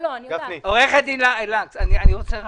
עו"ד לקס, אני רוצה לדעת,